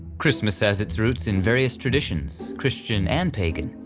christmas has its roots in various traditions, christian and pagan,